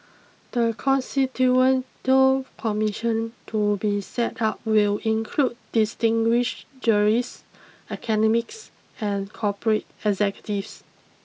the Commission to be set up will include distinguished jurists academics and corporate executives